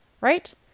right